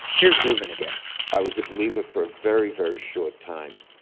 here's reuven again i was a believer for a very very short time,